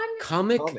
Comic